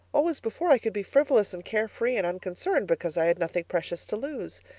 always before i could be frivolous and care-free and unconcerned, because i had nothing precious to lose.